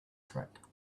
track